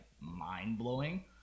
mind-blowing